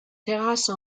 terrasse